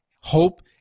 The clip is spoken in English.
hope